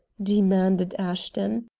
demanded ashton.